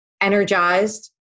energized